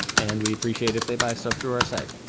and we appreciate if they buy stuff through our site